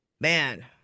Man